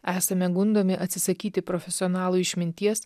esame gundomi atsisakyti profesionalų išminties